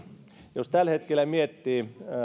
jos tällä hetkellä miettii